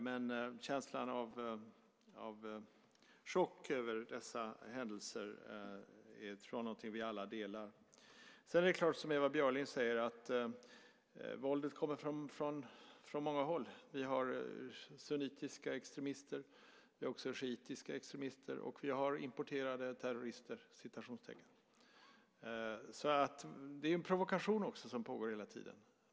Men känslan av chock inför dessa händelser är, tror jag, något som vi alla delar. Som Ewa Björling säger kommer våldet från många håll. Det finns sunnitiska extremister, shiitiska extremister, och dessutom finns det vad man skulle kunna kalla för importerade terrorister. Det pågår också en provokation hela tiden.